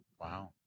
Wow